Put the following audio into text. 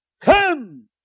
come